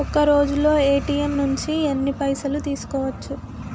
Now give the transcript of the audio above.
ఒక్కరోజులో ఏ.టి.ఎమ్ నుంచి ఎన్ని పైసలు తీసుకోవచ్చు?